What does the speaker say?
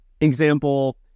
example